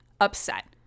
upset